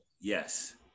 Yes